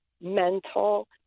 mental